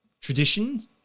tradition